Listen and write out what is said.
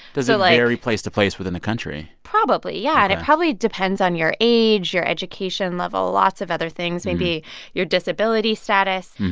does it like vary place-to-place within the country? probably, yeah ok and it probably depends on your age, your education level lots of other things maybe your disability status.